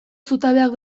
zutabeak